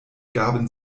gaben